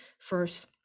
first